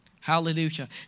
Hallelujah